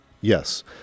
Yes